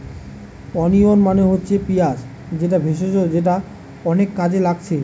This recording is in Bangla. ওনিয়ন মানে হচ্ছে পিঁয়াজ যেটা ভেষজ যেটা অনেক কাজে লাগছে